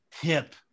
tip